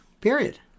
Period